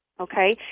Okay